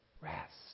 Rest